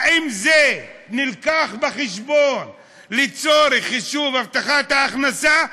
האם זה נלקח בחשבון לצורך חישוב הבטחת ההכנסה,